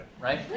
right